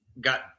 got